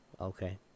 okay